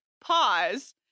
pause